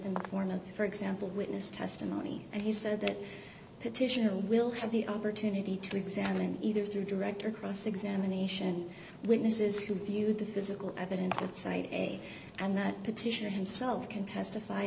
of for example witness testimony and he said that petitioner will have the opportunity to examine either through direct or cross examination witnesses who view the physical evidence at sight and that petitioner himself can testify